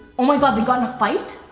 oh my god, they got in a fight?